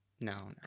No